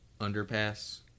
Underpass